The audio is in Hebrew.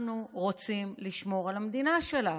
אנחנו רוצים לשמור על המדינה שלנו.